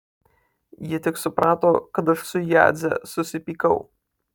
ji tik suprato kad aš su jadze susipykau